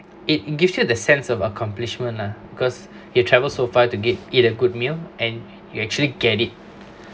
it gives you the sense of accomplishment lah cause you travel so far to get eat a good meal and you actually get it